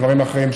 דברים אחרים,